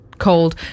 cold